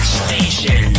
station